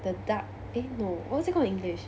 the dark eh no what's it called in english